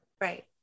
Right